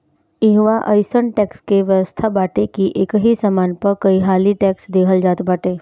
इहवा अइसन टेक्स के व्यवस्था बाटे की एकही सामान पअ कईहाली टेक्स देहल जात बाटे